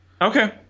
Okay